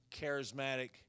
charismatic